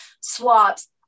swaps